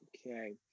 okay